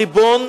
הריבון,